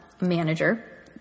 manager